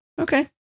Okay